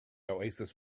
oasis